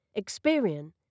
Experian